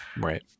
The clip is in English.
Right